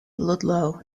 ludlow